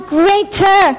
greater